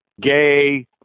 gay